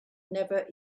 never